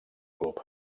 club